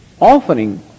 offering